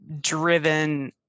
driven